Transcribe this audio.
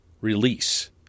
release